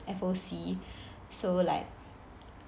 F_O_C so like